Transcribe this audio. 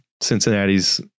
Cincinnati's